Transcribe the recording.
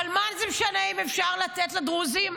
אבל מה זה משנה, אם אפשר לתת לדרוזים?